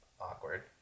awkward